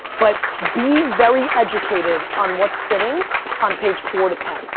but be very educated on what sitting on page four to ten.